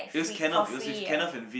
is Kenneth it was with Kenneth and Vin